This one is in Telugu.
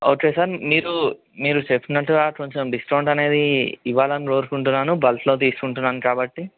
ఓకే సార్ మీరు మీరు చెప్పినట్టుగా కొంచెం డిస్కౌంట్ అనేది ఇవ్వాలని కోరుకుంటున్నాను బల్క్స్లో తీసుకుంటున్నాను కాబట్టి